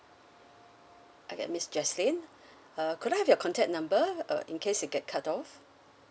okay miss jesselyn err could I have your contact number uh in case you get cut off